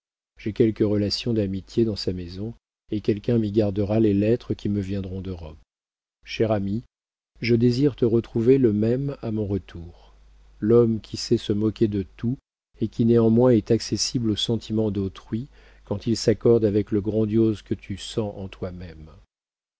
j'ai quelques relations d'amitié dans sa maison et quelqu'un m'y gardera les lettres qui me viendront d'europe cher ami je désire te retrouver le même à mon retour l'homme qui sait se moquer de tout et qui néanmoins est accessible aux sentiments d'autrui quand ils s'accordent avec le grandiose que tu sens en toi-même